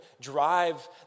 drive